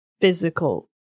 physical